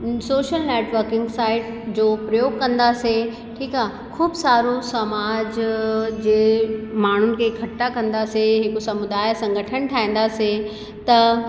social networking site जो प्रयोग कंदासीं ठीकु आहे ख़ूब सारो सामाज जे माण्हुनि खे इकठ्ठा कंदासीं हिकु समुदाय संगठन ठाहींदासीं त